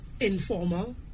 informal